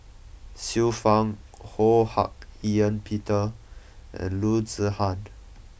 Xiu Fang Ho Hak Ean Peter and Loo Zihan